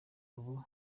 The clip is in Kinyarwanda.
ubu